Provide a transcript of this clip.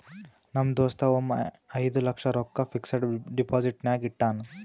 ನಮ್ ದೋಸ್ತ ಒಮ್ಮೆ ಐಯ್ದ ಲಕ್ಷ ರೊಕ್ಕಾ ಫಿಕ್ಸಡ್ ಡೆಪೋಸಿಟ್ನಾಗ್ ಇಟ್ಟಾನ್